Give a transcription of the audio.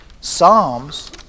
Psalms